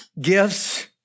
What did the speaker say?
gifts